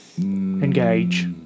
Engage